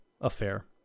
affair